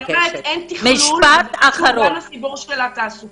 אני אומרת: אין תכלול גם בתעסוקה.